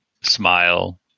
smile